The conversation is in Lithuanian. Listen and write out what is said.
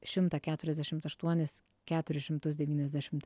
šimtą keturiasdešimt aštuonis keturis šimtus devyniasdešimt